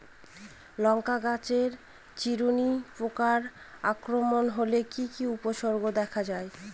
লঙ্কা গাছের চিরুনি পোকার আক্রমণ হলে কি কি উপসর্গ দেখা যায়?